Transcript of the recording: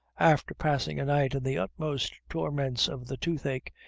after passing a night in the utmost torments of the toothache,